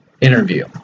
interview